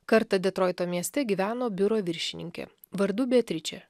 kartą detroito mieste gyveno biuro viršininkė vardu beatričė